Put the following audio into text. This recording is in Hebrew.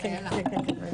בבקשה.